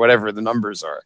whatever the numbers are